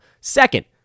Second